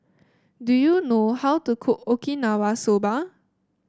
do you know how to cook Okinawa Soba